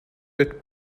bett